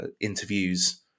interviews